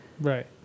right